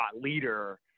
leader